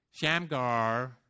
Shamgar